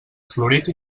florit